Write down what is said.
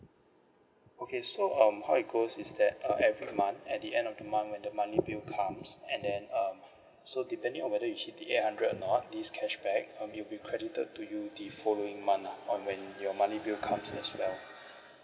okay so um how it goes is that uh every month at the end of the month when the money bill counts and then um so depending whether you hit the eight hundred or not this cashback um it'll be credited to you the following month lah on when your money bill comes in as well